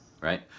right